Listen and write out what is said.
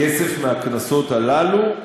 הכסף מהקנסות הללו?